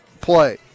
play